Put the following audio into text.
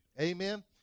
Amen